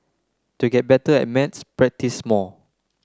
to get better at maths practise more